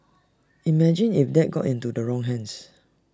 imagine if that got into the wrong hands